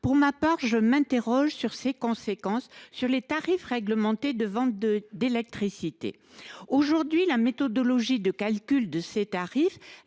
pour ma part sur ses conséquences sur les tarifs réglementés de vente d’électricité. Aujourd’hui, la méthodologie de calcul de ces tarifs